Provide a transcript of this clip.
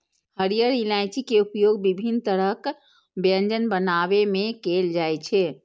हरियर इलायची के उपयोग विभिन्न तरहक व्यंजन बनाबै मे कैल जाइ छै